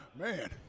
Man